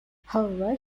however